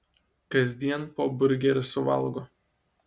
kasdien po burgerį suvalgo